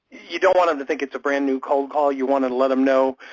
you don't want them to think it's a brand new cold call, you want to let them know,